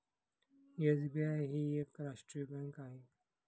SBI ही एक राष्ट्रीय बँक आहे